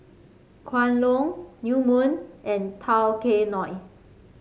Kwan Loong New Moon and Tao Kae Noi